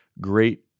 great